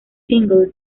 single